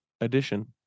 addition